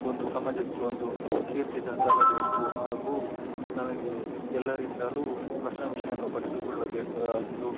ಒಂದು ಸಮಾಜಕ್ಕೆ ಒಂದು ಕೀರ್ತಿ ತರಬೇಕು ಹಾಗೂ ನನಗೆ ಎಲ್ಲರಿಂದಲೂ ಪ್ರಶಂಸೆಯನ್ನು ಪಡೆದುಕೊಳ್ಳಬೇಕು ಎಂದು